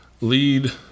lead